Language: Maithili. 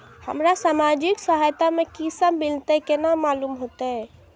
हमरा सामाजिक सहायता में की सब मिलते केना मालूम होते?